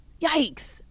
Yikes